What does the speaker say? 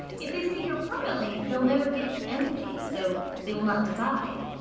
if they stay here permanently, they'll never get to m phase so they will not divide.